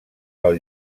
pel